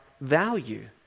value